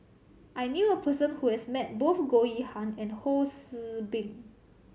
I knew a person who has met both Goh Yihan and Ho See Beng